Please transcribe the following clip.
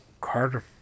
Carter